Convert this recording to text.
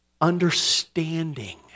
understanding